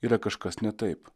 yra kažkas ne taip